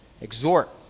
exhort